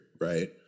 right